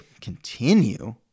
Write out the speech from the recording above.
continue